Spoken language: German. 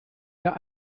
der